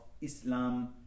Islam